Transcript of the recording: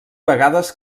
vegades